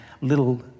little